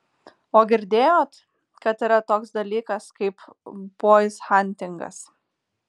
o girdėjot kad yra toks dalykas kaip boizhantingas